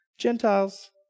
Gentiles